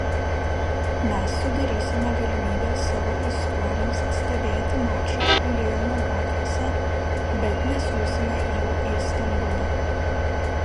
mes sudarysime galimybę savo aistruoliams stebėti mačą liono gatvėse bet nesiųsime jų į stambulą